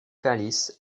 calice